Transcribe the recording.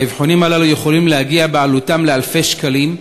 האבחונים הללו יכולים להגיע בעלותם לאלפי שקלים,